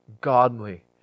godly